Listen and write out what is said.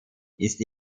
ist